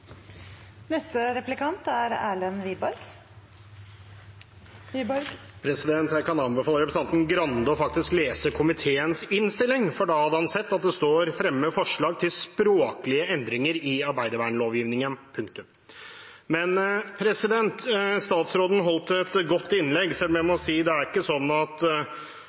Jeg kan anbefale representanten Grande faktisk å lese komiteens innstilling, for da hadde han sett at det står «fremme forslag til språklige endringer i arbeidervernlovgivningen». Statsråden holdt et godt innlegg, selv om jeg må si at det ikke er sånn at